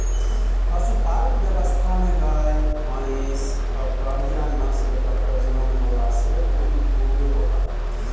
पशुपालन व्यवस्था में गाय, भइंस कअ बढ़िया नस्ल कअ प्रजनन होला से दूध खूबे होला